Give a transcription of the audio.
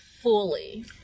fully